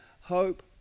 hope